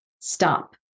stop